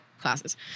classes